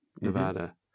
Nevada